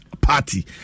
Party